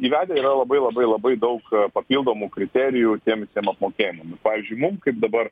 įvedę yra labai labai labai daug papildomų kriterijų tiem visiem apmokėjimam pavyzdžiui mum kaip dabar